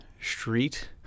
street